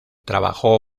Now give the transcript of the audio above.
trabajó